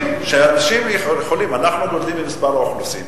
אנחנו גדלים במספר האוכלוסין.